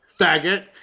faggot